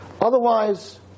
otherwise